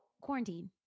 quarantine